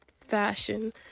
fashion